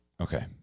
Okay